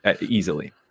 easily